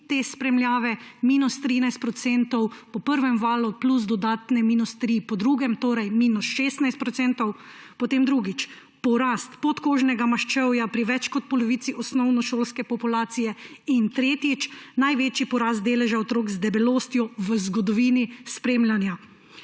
tega, minus 13 % po prvem valu plus dodatne minus 3 % po drugem, torej minus 16 %. Potem drugič porast podkožnega maščevja pri več kot polovici osnovnošolske populacije in tretjič največji porast deleža otrok z debelostjo v zgodovini spremljanja.